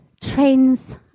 trains